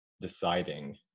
deciding